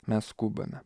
mes skubame